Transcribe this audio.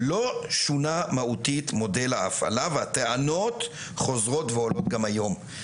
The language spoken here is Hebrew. לא שונה מהותית מודל ההפעלה והטענות חוזרות ועולות גם היום.